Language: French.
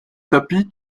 tapis